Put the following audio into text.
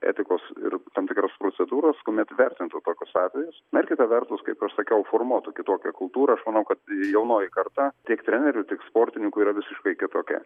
etikos ir tam tikros procedūros kuomet vertintų tokius atvejus bet kita vertus kaip sakiau formuotų kitokią kultūrą aš manau kad jaunoji karta tiek trenerių tik sportininkų yra visiškai kitokia